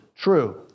True